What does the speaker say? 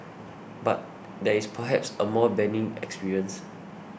but there is perhaps a more benign experience